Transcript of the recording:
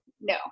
no